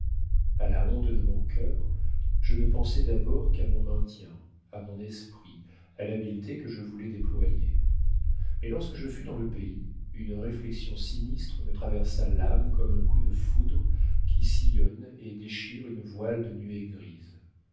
a la honte de mon cœur je ne pensai d'abord qu'à mon maintien à mon esprit à l'habileté que je voulais déployer mais lorsque je fus dans le pays une réflexion sinistre me traversa l'âme comme un coup de foudre qui sillonne et déchire un voile de nuées grises